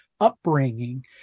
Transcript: upbringing